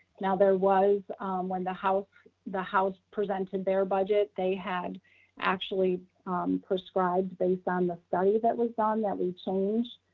now there was when the house the house presented their budget, they had actually prescribed based on the study that was done, that we changed